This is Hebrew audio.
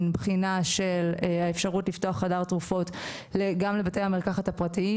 בחינה של האפשרות לפתוח חדר תרופות גם לבתי המרקחת הפרטיים